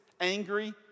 angry